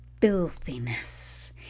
filthiness